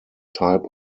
type